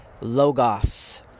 logos